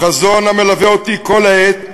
חזון המלווה אותי כל העת,